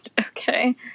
Okay